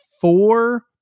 four